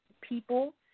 people